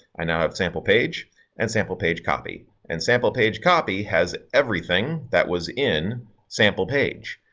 i now have sample page and sample page copy. and sample page copy has everything that was in sample page.